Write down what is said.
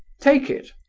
take it.